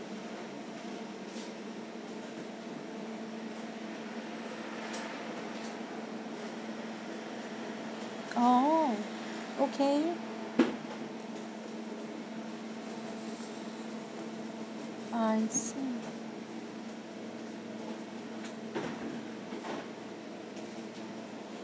oh okay I see